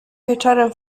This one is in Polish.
wieczorem